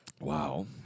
Wow